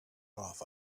off